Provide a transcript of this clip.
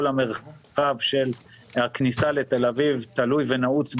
המרחב של הכניסה לתל אביב תלוי ונעוץ,